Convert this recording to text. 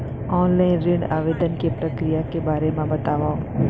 Online ऋण आवेदन के प्रक्रिया के बारे म बतावव?